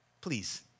please